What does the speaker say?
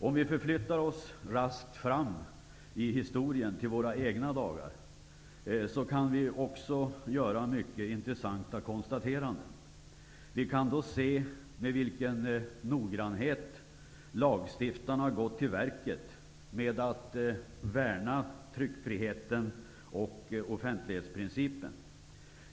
Om vi förflyttar oss raskt framåt i historien till våra egna dagar kan vi också göra mycket intressanta konstateranden. Vi kan då se med vilken noggrannhet lagstiftarna gått till verket med att värna tryckfriheten och offentlighetsprincipen.